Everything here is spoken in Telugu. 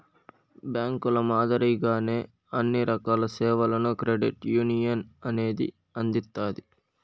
బ్యాంకుల మాదిరిగానే అన్ని రకాల సేవలను క్రెడిట్ యునియన్ అనేది అందిత్తాది